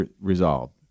resolved